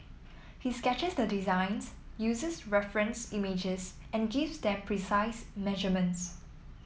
he sketches the designs uses reference images and gives them precise measurements